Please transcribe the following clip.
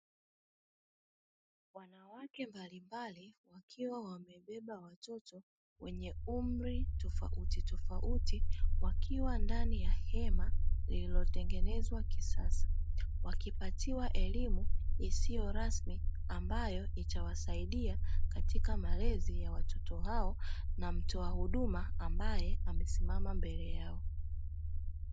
Wanawake mbalimbali wakiwa wamebeba watoto wenye umri tofauti tofauti wakiwa ndani ya hema lililotengenezwa kisasa. Wakipatiwa elimu isiyo rasmi ambayo itawasaidia katika malezi ya watoto hao na mtoa huduma ambaye amesimama mbele yao.